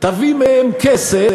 תביא מהם כסף,